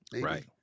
Right